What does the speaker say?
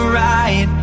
right